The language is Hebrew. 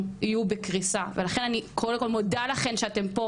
יהיו בקריסה ולכן אני קודם כל מודה לכם שאתם פה,